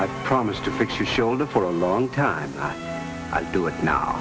a promise to fix your shoulder for a long time i do it now